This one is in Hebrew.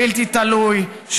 בלתי תלוי,